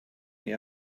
the